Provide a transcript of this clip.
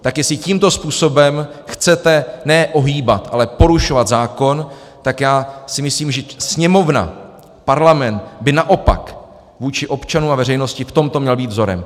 Tak jestli tímto způsobem chcete ne ohýbat, ale porušovat zákon, tak já si myslím, že Sněmovna, Parlament by naopak vůči občanům a veřejnosti v tomto měl být vzorem.